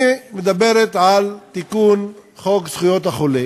היא מדברת על תיקון חוק זכויות החולה